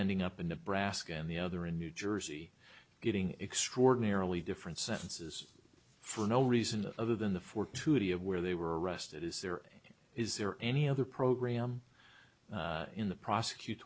ending up in nebraska and the other in new jersey getting extraordinarily different sentences for no reason other than the fortuity of where they were arrested is there any is there any other program in the prosecutor